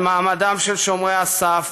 על מעמדם של שומרי הסף.